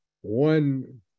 one